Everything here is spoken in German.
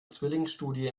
zwillingsstudie